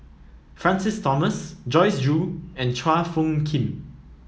Francis Thomas Joyce Jue and Chua Phung Kim